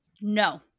No